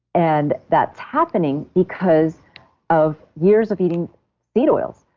and that's happening because of years of eating seed oils.